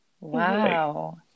wow